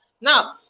Now